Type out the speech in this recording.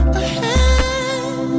ahead